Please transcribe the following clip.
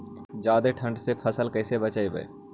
जादे ठंडा से फसल कैसे बचइबै?